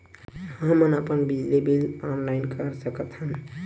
हमन अपन बिजली बिल ऑनलाइन कर सकत हन?